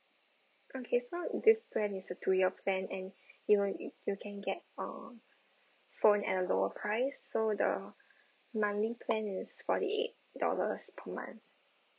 okay so this plan is a two year plan and you will you can get uh phone at a lower price so the monthly plan is forty eight dollars per month